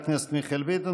חבר הכנסת מיכאל ביטון.